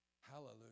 hallelujah